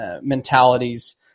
mentalities